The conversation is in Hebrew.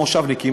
המושבניקים,